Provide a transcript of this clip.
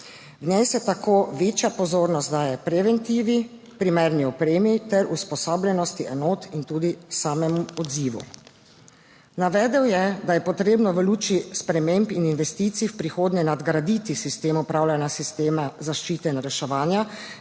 V njej se tako večja pozornost daje preventivi, primerni opremi ter usposobljenosti enot in tudi samemu odzivu. Navedel je, da je potrebno v luči sprememb in investicij v prihodnje nadgraditi sistem upravljanja sistema zaščite in reševanja,